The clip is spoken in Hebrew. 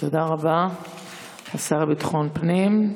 תודה רבה השר לביטחון פנים.